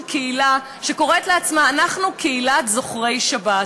קהילה שקוראת לעצמה קהילת "זוכרי שבת".